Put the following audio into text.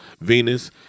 Venus